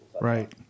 Right